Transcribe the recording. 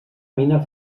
mina